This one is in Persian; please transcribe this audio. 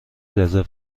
رزرو